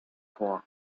vor